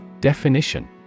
Definition